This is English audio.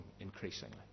increasingly